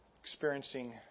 experiencing